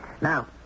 Now